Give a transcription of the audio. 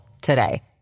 today